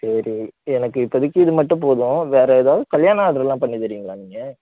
சரி எனக்கு இப்போதிக்கு இது மட்டும் போதும் வேறு ஏதாது கல்யாண ஆர்டரெலாம் பண்ணி தருவீங்களா நீங்கள்